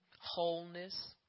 wholeness